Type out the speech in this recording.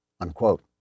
Unquote